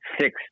six